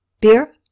Beer